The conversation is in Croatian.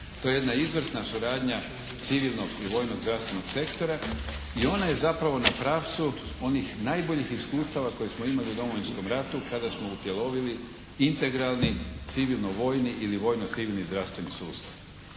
To je jedna izvrsna suradnja civilnog i vojnog zdravstvenog sektora i ona je zapravo na pravcu onih najboljih iskustava koje smo imali u Domovinskom ratu kada smo utjelovili integralni civilno-vojni ili vojno-civilni zdravstveni sustav.